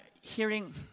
hearing